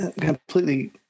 completely